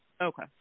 Okay